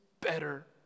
better